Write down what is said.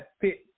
fit